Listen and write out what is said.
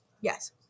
Yes